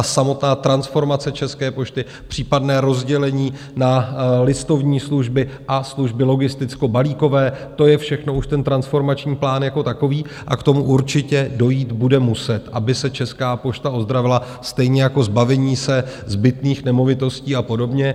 Samotná transformace České pošty, případné rozdělení na listovní služby a služby logistickobalíkové, to je všechno už transformační plán jako takový a k tomu určitě dojít bude muset, aby se Česká pošta ozdravila, stejně jako zbavení se zbytných nemovitostí a podobně.